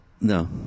No